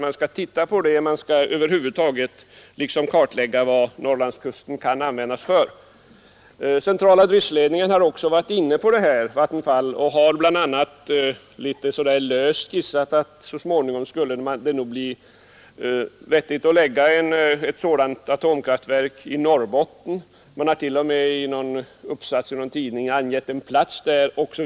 Man skall alltså över huvud taget kartlägga vad Norrlandskusten kan användas för. Centrala driftledningen har också varit inne på detta och har bl.a. litet löst skissat att det nog så småningom skulle bli vettigt att lägga ett atomkraftverk i Norrbotten. Man har t.o.m.i i en uppsats i någon tidning angett en lämplig plats.